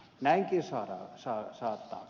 näinkin saattaa käydä